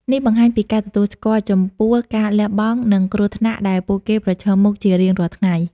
នេះបង្ហាញពីការទទួលស្គាល់ចំពោះការលះបង់ និងគ្រោះថ្នាក់ដែលពួកគេប្រឈមមុខជារៀងរាល់ថ្ងៃ។